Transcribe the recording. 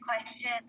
question